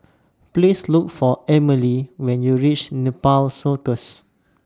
Please Look For Amalie when YOU REACH Nepal Circus